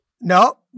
No